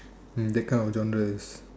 mm that kind of genres